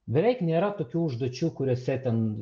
beveik nėra tokių užduočių kuriose ten